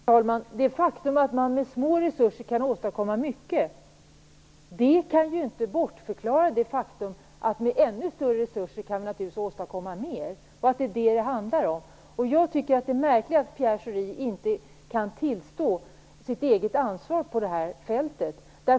Herr talman! Det faktum att man med små resurser kan åstadkomma mycket kan inte bortförklara det faktum att man med ännu större resurser naturligtvis kan åstadkomma mer. Det är vad det handlar om. Jag tycker att det är märkligt att Pierre Schori inte kan tillstå sitt eget ansvar på det här fältet.